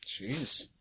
jeez